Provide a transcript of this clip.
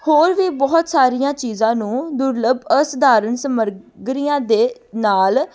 ਹੋਰ ਵੀ ਬਹੁਤ ਸਾਰੀਆਂ ਚੀਜ਼ਾਂ ਨੂੰ ਦੁਰਲਭ ਅਸਾਧਾਰਨ ਸਮੱਗਰੀਆਂ ਦੇ ਨਾਲ